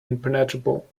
impenetrable